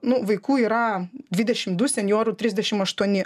nu vaikų yra dvidešim du senjorų trisdešim aštuoni